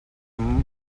anem